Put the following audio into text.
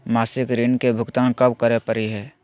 मासिक ऋण के भुगतान कब करै परही हे?